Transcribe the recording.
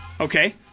Okay